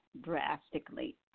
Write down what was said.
drastically